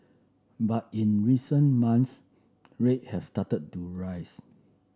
but in recent months rate have started to rise